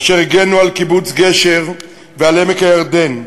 אשר הגנו על קיבוץ גשר ועל עמק הירדן,